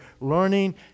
Learning